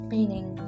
Meaning